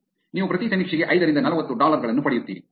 ನೀವು ಪ್ರತಿ ಸಮೀಕ್ಷೆಗೆ ಐದರಿಂದ ನಲವತ್ತು ಡಾಲರ್ ಗಳನ್ನು ಪಡೆಯುತ್ತೀರಿ